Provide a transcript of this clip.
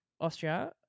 Austria